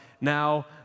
now